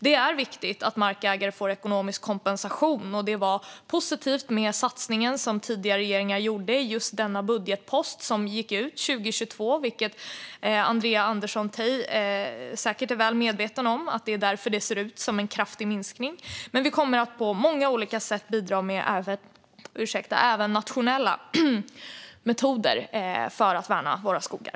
Det är viktigt att markägare får ekonomisk kompensation, och det var positivt med den satsning som tidigare regeringar har gjort på just denna budgetpost, som gick ut 2022, vilket Andrea Andersson Tay säkert är väl medveten om. Det är därför det ser ut som en kraftig minskning. Men vi kommer att på många olika sätt bidra med även nationella metoder för att värna våra skogar.